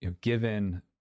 Given